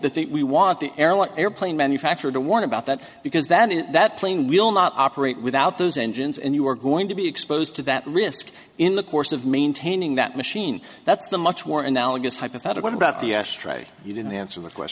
that the we want the airline airplane manufacturer to warn about that because then that plane will not operate without those engines and you are going to be exposed to that risk in the course of maintaining that machine that's the much more analogous hypothetical about the ashtray you didn't answer